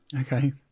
Okay